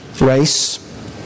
race